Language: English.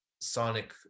sonic